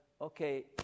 okay